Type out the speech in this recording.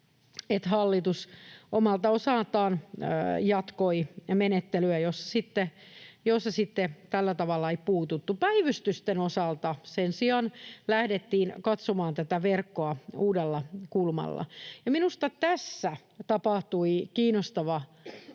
hallitus omalta osaltaan jatkoi menettelyä, jossa sitten tällä tavalla ei puututtu. Päivystysten osalta sen sijaan lähdettiin katsomaan tätä verkkoa uudella kulmalla. Minusta tässä tapahtui kiinnostava seikka,